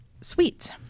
sweet